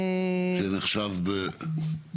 זה נחשב ב ---?